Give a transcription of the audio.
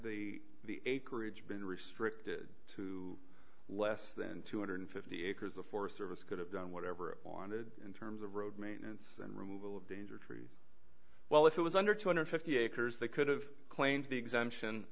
had the courage been restricted to less than two hundred and fifty acres of forest service could have done whatever it wanted in terms of road maintenance and removal of danger tree while it was under two hundred and fifty acres they could have claimed the exemption